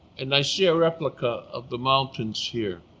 and i see a replica of the mountains here.